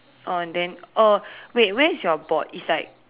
oh then oh wait where's your board it's like